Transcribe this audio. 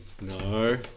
No